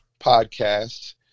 Podcasts